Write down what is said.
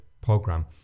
program